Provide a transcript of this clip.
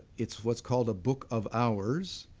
it's what called a book of hours.